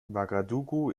ouagadougou